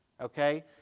Okay